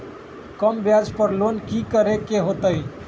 कम ब्याज पर लोन की करे के होतई?